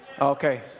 Okay